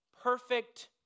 perfect